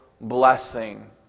blessing